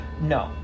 No